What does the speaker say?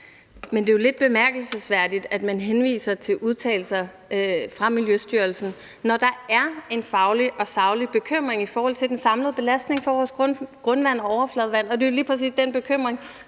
Det er jo lidt bemærkelsesværdigt, at man henviser til udtalelser fra Miljøstyrelsen, når der er en faglig og saglig bekymring i forhold til den samlede belastning for vores grundvand og overfladevand. Det er jo lige præcis den bekymring,